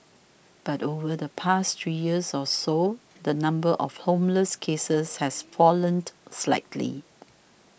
but over the past three years or so the number of homeless cases has fallen slightly